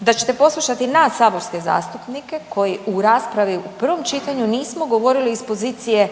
da ćete poslušati i nas saborske zastupnike koji u raspravi u prvom čitanju nismo govorili iz pozicije